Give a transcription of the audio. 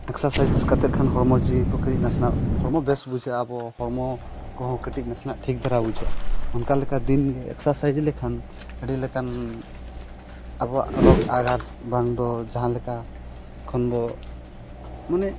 exercise ᱠᱟᱛᱮᱫ ᱠᱷᱟᱱ ᱦᱚᱲᱢᱚ ᱡᱤᱣᱤ ᱠᱟᱹᱡ ᱱᱟᱥᱮᱱᱟᱜ ᱦᱚᱲᱢᱚ ᱵᱮᱥ ᱵᱩᱡᱷᱟᱹᱜᱼᱟ ᱟᱵᱚ ᱦᱚᱲᱢᱚ ᱠᱚᱦᱚᱸ ᱠᱟᱹᱴᱤᱡ ᱱᱟᱥᱮᱱᱟᱜ ᱴᱷᱤᱠ ᱫᱷᱟᱨᱟ ᱵᱩᱡᱷᱟᱹᱜᱼᱟ ᱚᱱᱠᱟ ᱞᱮᱠᱟ ᱫᱤᱱ ᱮᱠᱥᱟᱨᱥᱟᱭᱤᱡᱽ ᱞᱮᱠᱷᱟᱱ ᱟᱹᱰᱤ ᱞᱮᱠᱟᱱ ᱟᱵᱚᱣᱟᱜ ᱨᱳᱜᱽ ᱟᱡᱟᱨ ᱵᱟᱝᱫᱚ ᱡᱟᱦᱟᱸ ᱞᱮᱠᱟ ᱠᱷᱚᱱ ᱫᱚ ᱢᱟᱱᱮ